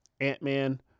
Ant-Man